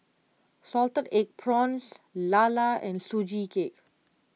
Salted Egg Prawns Lala and Sugee Cake